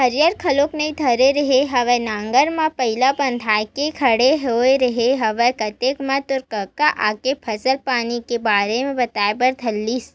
हरिया घलोक नइ धरे रेहे हँव नांगर म बइला फांद के खड़ेच होय रेहे हँव ओतके म तोर कका आगे फसल पानी के बारे म बताए बर धर लिस